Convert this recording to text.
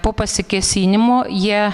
po pasikėsinimo jie